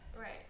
Right